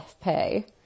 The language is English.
pay